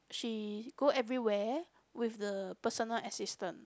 she go everywhere with the personal assistant